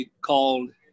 called